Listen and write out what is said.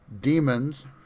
Demons